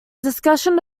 discussion